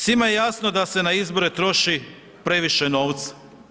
Svima je jasno da se na izbore troši previše novca.